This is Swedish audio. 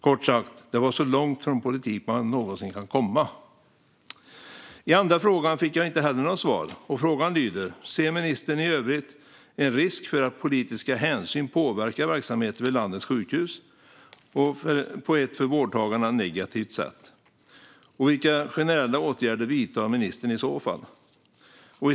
Kort sagt: Det var så långt ifrån politik som man någonsin kan komma. På den andra frågan fick jag inte heller något svar. Frågan lyder: "Ser ministern i övrigt en risk för att politiska hänsyn påverkar verksamheten vid landets sjukhus på ett för vårdtagarna negativt sätt, och vilka generella åtgärder vidtar ministern i så fall?"